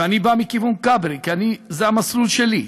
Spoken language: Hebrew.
ואני בא מכיוון כברי, כי זה המסלול שלי.